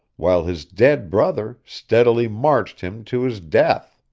while his dead brother steadily marched him to his death.